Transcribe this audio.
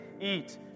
eat